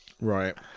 Right